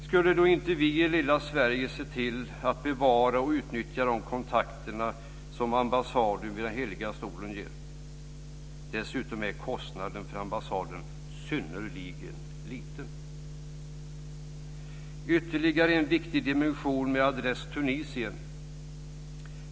Skulle då inte vi i lilla Sverige se till att bevara och utnyttja de kontakter som ambassaden vid Heliga stolen ger. Dessutom är kostnaden för ambassaden synnerligen liten. Ytterligare en viktig dimension med adress Tunisien.